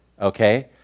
okay